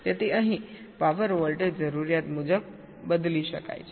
તેથી અહીં power voltage જરૂરિયાત મુજબ બદલી શકાય છે